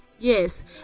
yes